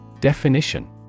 Definition